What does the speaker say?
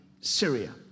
Syria